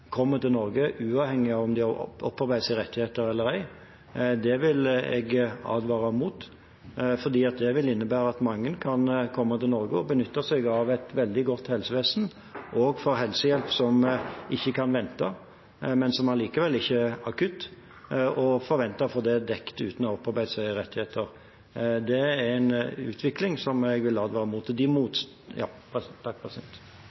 kommer til Norge, uavhengig av om de har opparbeidet seg rettigheter eller ei, vil jeg advare mot. Det vil innebære at mange kan komme til Norge og benytte seg av et veldig godt helsevesen også for helsehjelp som ikke kan vente, men som likevel ikke er akutt, og forvente å få dette dekket uten å ha opparbeidet seg rettigheter. Det er en utvikling jeg vil advare mot.